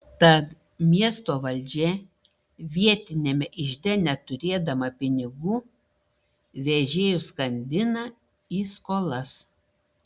tad miesto valdžia vietiniame ižde neturėdama pinigų vežėjus skandina į skolas